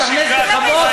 עזוב אותי.